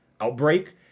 outbreak